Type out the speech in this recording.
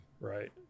right